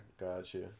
Gotcha